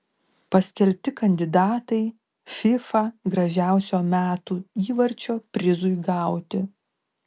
paskelbti kandidatai fifa gražiausio metų įvarčio prizui gauti